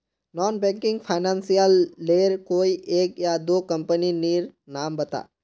Non banking financial लेर कोई एक या दो कंपनी नीर नाम बता?